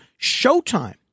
Showtime